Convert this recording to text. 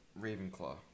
Ravenclaw